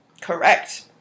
Correct